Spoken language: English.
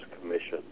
Commission